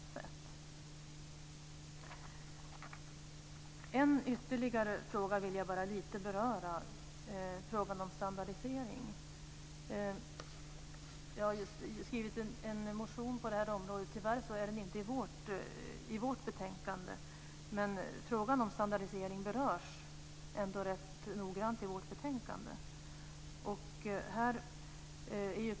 Jag vill beröra ytterligare en fråga, nämligen frågan om standardisering. Jag har skrivit en motion i ämnet som tyvärr inte behandlas i det här betänkandet. Men frågan om standardisering berörs ändå rätt noggrant i det.